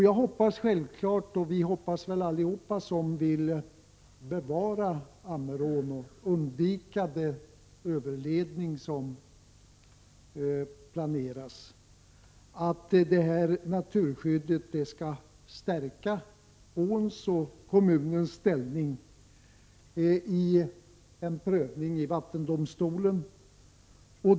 Jag hoppas självfallet — och vi hoppas väl alla som vill bevara Ammerån och undvika den överledning som planeras — att naturskyddet skall stärka åns och kommunens ställning vid en prövning i vattendomstolen.